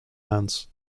hands